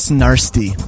Snarsty